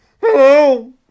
Hello